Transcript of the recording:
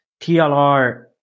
TLR